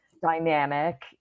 dynamic